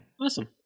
Awesome